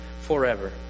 forever